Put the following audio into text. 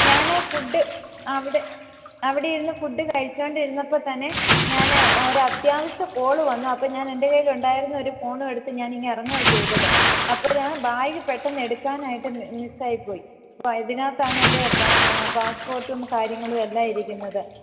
ഞാൻ ഫുഡ് അവിടെ അവിടെയിരുന്ന് ഫുഡ് കഴിച്ചുകൊണ്ടിരുന്നപ്പോൾ തന്നെ ഞാൻ ഒരത്യാവശ്യ കോൾ വന്നു അപ്പോൾ ഞാൻ എൻ്റെ കയ്യിലുണ്ടായിരുന്ന ഒരു ഫോണും എടുത്ത് ഞാനിറങ്ങുകയാണ് ചെയ്തത് അപ്പോൾ ബാഗ് പെട്ടെന്ന് എടുക്കാനായിട്ട് മിസ്സായിപ്പോയി അപ്പോൾ അതിന്നകത്ത് ആണെൻ്റെ പാ പാസ്സ്പോർട്ടും കാര്യങ്ങളുവെല്ലാം ഇരിക്കുന്നത്